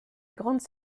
grande